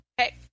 okay